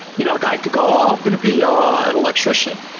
you know guy could go, oh, i'm going to be um an electrician.